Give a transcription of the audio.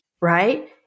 Right